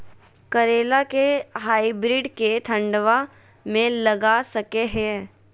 करेला के हाइब्रिड के ठंडवा मे लगा सकय हैय?